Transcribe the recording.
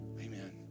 Amen